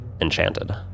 enchanted